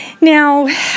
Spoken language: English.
Now